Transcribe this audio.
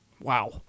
wow